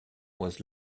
was